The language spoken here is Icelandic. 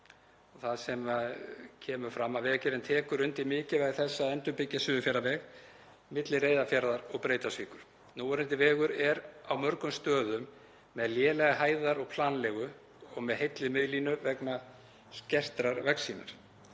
kemur fram: „Vegagerðin tekur undir mikilvægi þess að endurbyggja Suðurfjarðaveg milli Reyðarfjarðar og Breiðdalsvíkur. Núverandi vegur er á mörgum stöðum með lélega hæðar- og planlegu og með heilli miðlínu vegna skertrar vegsýnar.